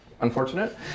unfortunate